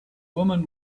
woman